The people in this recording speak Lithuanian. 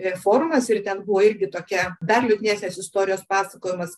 e forumas ir ten buvo ir gi tokia dar liūdnesnės istorijos pasakojimos